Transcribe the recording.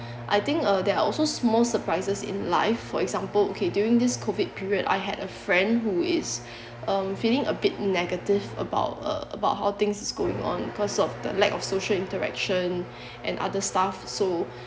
I think uh there are also small surprises in life for example okay during this COVID period I had a friend who is uh feeling a bit negative about uh about how things is going on because of the lack of social interaction and other stuff so